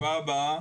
הישיבה הבאה